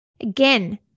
Again